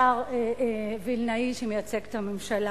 השר וילנאי, שמייצג את הממשלה,